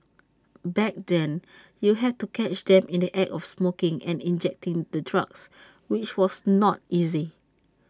back then you had to catch them in the act of smoking and injecting the drugs which was not easy